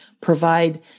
provide